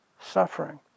suffering